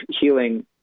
healing